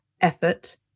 effort